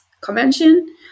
convention